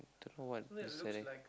don't know what is that eh